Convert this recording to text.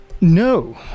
No